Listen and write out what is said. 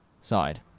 side